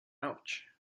ouch